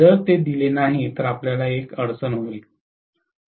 जर ते दिले नाही तर आपल्याला अडचण होईल